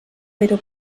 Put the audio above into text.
era